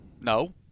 No